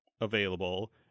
available